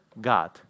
God